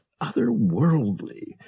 otherworldly